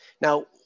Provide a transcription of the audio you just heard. Now